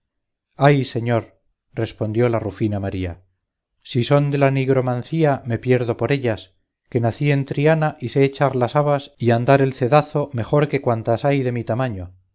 ay señor respondió la rufina maría si son de la nigromancía me pierdo por ellas que nací en triana y sé echar las habas y andar el cedazo mejor que cuantas hay de mi tamaño